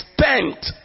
spent